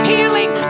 Healing